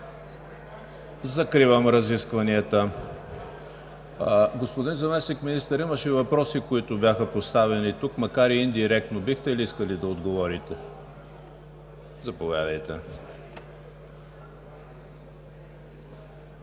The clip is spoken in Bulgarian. Закривам разискванията. Господин Заместник-министър, имаше въпроси, които бяха поставени тук, макар и индиректно. Бихте ли искали да отговорите? Заповядайте.